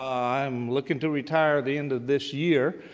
i'm looking to retire the end of this year.